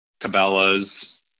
Cabela's